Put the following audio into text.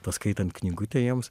paskaitant knygutę jiems